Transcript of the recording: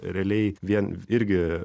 realiai vien irgi